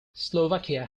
slovakia